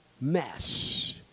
mess